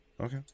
Okay